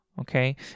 okay